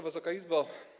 Wysoka Izbo!